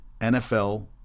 NFL